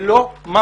זה לא מס.